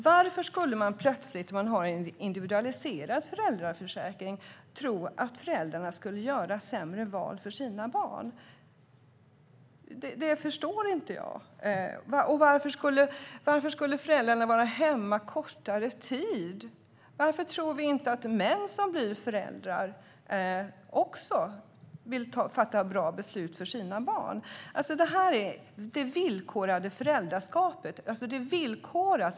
Varför skulle man med en individualiserad föräldraförsäkring plötsligt tro att föräldrarna skulle göra sämre val för sina barn? Det förstår jag inte. Varför skulle föräldrarna vara hemma kortare tid? Varför tror vi inte att män som blir föräldrar också vill fatta bra beslut för sina barn? Det här är det villkorade föräldraskapet.